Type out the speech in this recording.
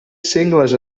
sengles